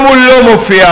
היום הוא לא מופיע.